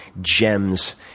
gems